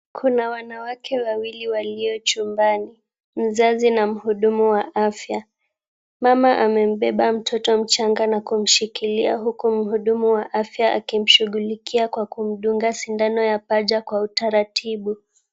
Kuna wanawake wawili walio chumbani. Mzazi na mhudumu wa afya. Mama amembeba mtoto mchaga na kumshikilia huku mhudumu wa afya akimshughulikia kwa kumdunga sindano ya paja kwa utaratibu.